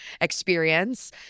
experience